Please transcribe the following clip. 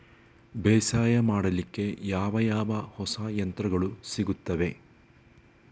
ಬೇಸಾಯ ಮಾಡಲಿಕ್ಕೆ ಯಾವ ಯಾವ ಹೊಸ ಯಂತ್ರಗಳು ಸಿಗುತ್ತವೆ?